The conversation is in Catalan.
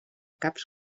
caps